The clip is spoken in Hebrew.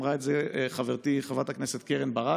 אמרה את זה חברתי חברת הכנסת קרן ברק: